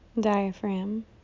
diaphragm